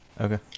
okay